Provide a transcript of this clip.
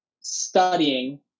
studying